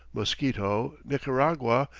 mosquito, nicaragua,